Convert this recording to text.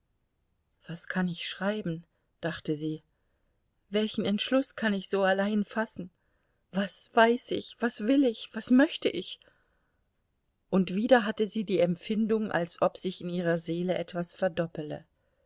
was kann ich schreiben dachte sie welchen entschluß kann ich so allein fassen was weiß ich was will ich was möchte ich und wieder hatte sie die empfindung als ob sich in ihrer seele etwas verdoppele